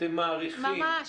אתם מעריכים --- ממש.